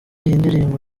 ndirimbo